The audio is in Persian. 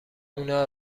اونا